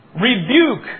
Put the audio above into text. rebuke